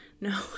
No